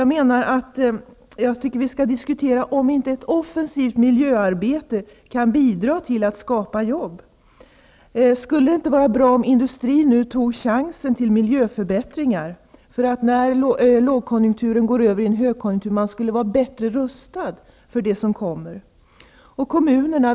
Jag tycker att vi skall diskutera om inte ett offensivt miljöarbete kan bidra till att skapa jobb. Skulle det inte vara bra om industrin nu tog chansen till miljöförbättringar, så att man skulle vara bättre rustad när lågkonjunkturen går över i en högkonjunktur.